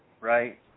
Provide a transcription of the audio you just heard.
right